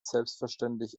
selbstverständlich